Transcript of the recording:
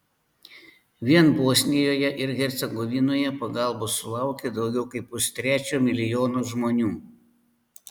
vien bosnijoje ir hercegovinoje pagalbos sulaukė daugiau kaip pustrečio milijono žmonių